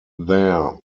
there